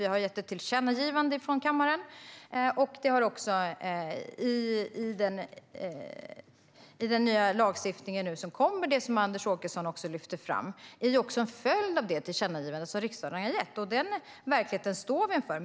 Vi har gjort ett tillkännagivande från kammaren, och den nya lagstiftning som nu kommer och det som Anders Åkesson lyfter fram är också en följd av det tillkännagivande som riksdagen har gjort. Den verkligheten står vi inför.